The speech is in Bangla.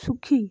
সুখী